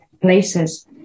places